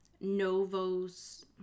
Novos